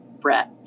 Brett